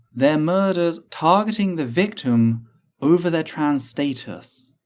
they're murders targeting the victim over their trans status.